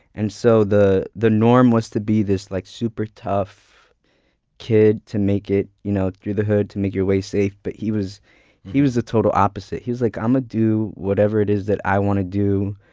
and so the the norm was to be this like super tough kid to make it you know through the hood, to make your way safe, but he was he was the total opposite. he's like, imma um ah do whatever it is that i want to do.